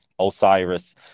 Osiris